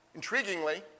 Intriguingly